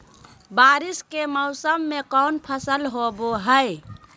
बारिस के मौसम में कौन फसल होबो हाय?